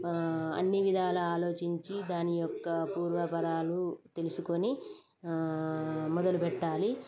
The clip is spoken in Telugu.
అన్ని విధాలు ఆలోచించి దాని యొక్క పూర్వకరాలు తెలుసుకుని మొదలుపెట్టాలి